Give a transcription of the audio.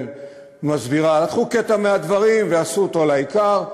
מסבירה, לקחו קטע מהדברים ועשו אותו לעיקר,